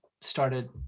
started